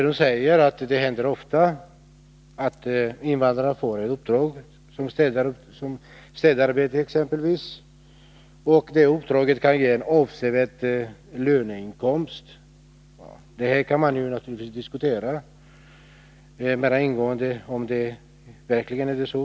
Hon säger att det ofta händer att invandrare får uppdrag, t.ex. städarbete, och att det uppdraget kan ge en avsevärd löneinkomst. Man kan naturligtvis diskutera mer ingående om det verkligen är så.